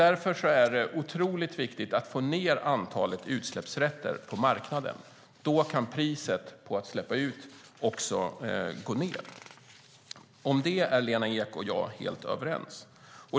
Därför är det otroligt viktigt att få ned antalet utsläppsrätter på marknaden. Annars kan priset på att släppa ut också gå ned. Om detta är Lena Ek och jag helt överens.